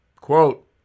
Quote